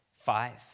five